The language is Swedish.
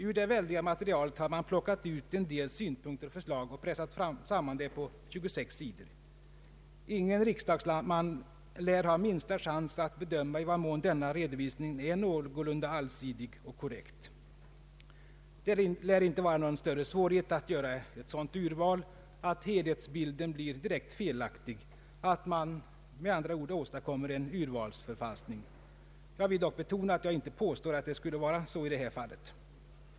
Ur det väldiga materialet har man plockat ut en del synpunkter och förslag och pressat samman reciten på 26 sidor. Ingen riksdagsman lär ha minsta chans att bedöma i vad mån denna redovisning är någorlunda allsidig och korrekt. Det lär inte vara någon större svårighet att göra ett sådant urval, att helhetsbilden blir direkt felaktig, och man med andra ord åstadkommer en urvalsförfalskning. Jag vill dock betona, att jag inte påstår att det skulle vara så i det här fallet.